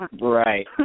Right